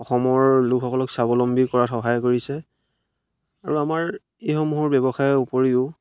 অসমৰ লোকসকলক স্বাৱলম্বী কৰাত সহায় কৰিছে আৰু আমাৰ এইসমূহৰ ব্যৱসায়ৰ উপৰিও